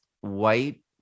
white